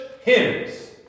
hymns